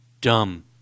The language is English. Dumb